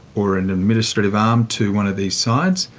or an administrative arm to one of these sides,